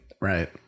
right